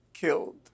killed